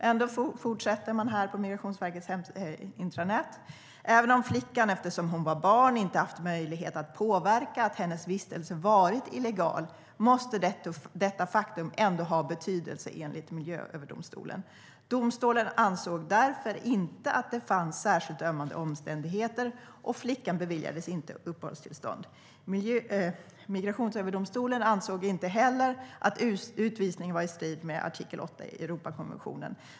Man fortsätter på Migrationsverket intranät: Även om flickan eftersom hon var barn inte haft möjlighet att påverka att hennes vistelse varit illegal måste detta faktum ändå ha betydelse enligt Migrationsöverdomstolen. Domstolen ansåg därför inte att det fanns särskilt ömmande omständigheter, och flickan beviljades inte uppehållstillstånd. Migrationsöverdomstolen ansåg inte heller att utvisningen var i strid med artikel 8 i Europakonventionen.